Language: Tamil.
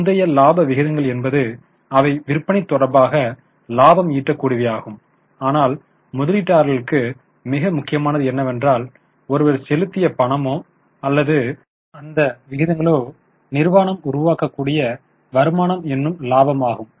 முந்தைய இலாப விகிதங்கள் என்பது அவை விற்பனை தொடர்பாக இலாபம் ஈட்ட கூடியவையாகும் ஆனால் முதலீட்டாளருக்கு மிக முக்கியமானது என்னவென்றால் ஒருவர் செலுத்திய பணமோ அல்லது அந்த விகிதங்களோ நிறுவனம் உருவாக்கக்கூடிய வருமானம் என்னும் இலாபமாகும்